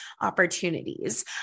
opportunities